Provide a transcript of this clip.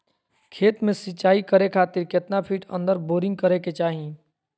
खेत में सिंचाई करे खातिर कितना फिट अंदर बोरिंग करे के चाही?